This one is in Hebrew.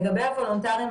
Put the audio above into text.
לגבי הוולונטריים,